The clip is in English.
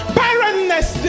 barrenness